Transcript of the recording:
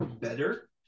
better